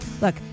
Look